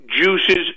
Juices